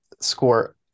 score